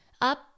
up